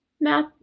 math